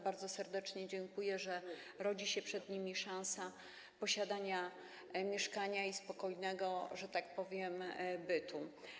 Bardzo serdecznie dziękuję za to, że rodzi się przed nimi szansa posiadania mieszkania i spokojnego, że tak powiem, bytu.